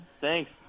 Thanks